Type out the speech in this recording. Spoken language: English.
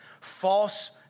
false